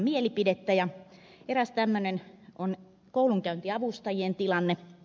eräs tämmöinen on koulunkäyntiavustajien tilanne